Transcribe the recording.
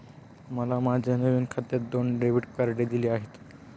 मला माझ्या नवीन खात्यात दोन डेबिट कार्डे दिली आहेत